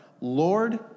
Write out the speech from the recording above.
Lord